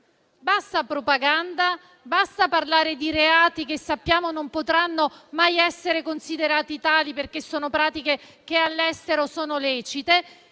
Basta propaganda, basta parlare di reati che sappiamo non potranno mai essere considerati tali, perché sono pratiche lecite all'estero. Invece,